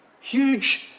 Huge